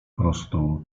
prostu